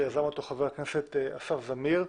שיזם אותו חבר הכנסת אסף זמיר,